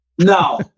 No